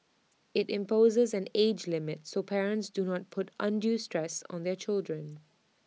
IT imposes an age limit so parents do not put undue stress on their children